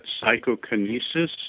psychokinesis